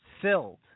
filled